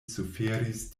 suferis